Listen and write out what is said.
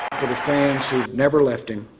the fans have never left him.